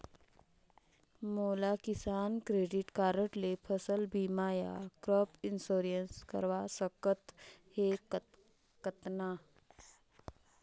मोला Kisan credit card ले फसल बीमा या क्रॉप इंश्योरेंस करवा सकथ हे कतना?